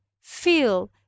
feel